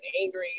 angry